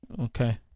Okay